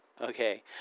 Okay